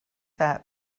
that